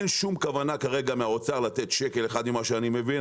אין שום כוונה כרגע מהאוצר לתת שקל אחד ממה שאני מבין,